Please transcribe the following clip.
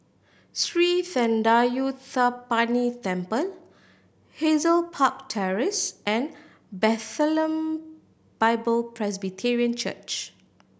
Sri Thendayuthapani Temple Hazel Park Terrace and Bethlehem Bible Presbyterian Church